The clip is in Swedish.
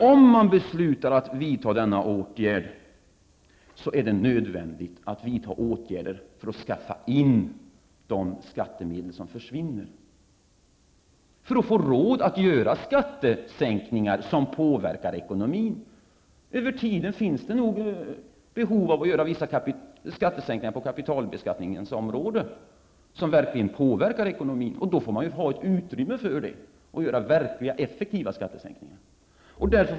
Om man beslutar att vidta denna åtgärd är det också nödvändigt att vidta åtgärder för att skaffa de skattemedel som försvinner, för att få råd att göra skattesänkningar som påverkar ekonomin. Över tiden finns det nog behov av att göra vissa skattesänkningar på kapitalbeskattningens område, som verkligen påverkar ekonomin, och då får man ha ett utrymme för det och göra verkliga, effektiva skattesänkningar.